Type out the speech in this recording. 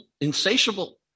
insatiable